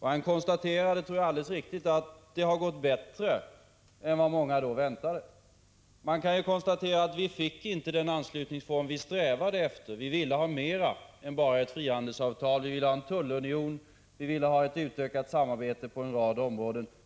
Han konstaterade — alldeles riktigt, tror jag — att det har gått bättre än vad många då väntade. Man kan konstatera att vi inte fick den anslutningsform som vi strävade efter. Vi ville ha mer än bara ett frihandelsavtal. Vi ville ha en tullunion, vi ville ha ett utökat samarbete på en rad områden.